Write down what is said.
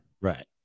Right